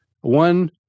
one